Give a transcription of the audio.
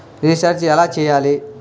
Recharge ఎలా చెయ్యాలి?